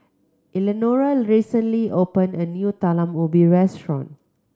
Eleanora recently open a new Talam Ubi restaurant